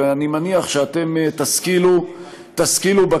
ואני מניח שאתם תשכילו בכנסת,